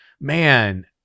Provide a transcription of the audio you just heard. Man